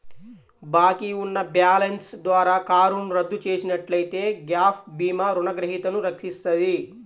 బాకీ ఉన్న బ్యాలెన్స్ ద్వారా కారును రద్దు చేసినట్లయితే గ్యాప్ భీమా రుణగ్రహీతను రక్షిస్తది